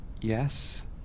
Yes